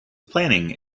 planning